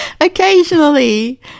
occasionally